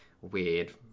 weird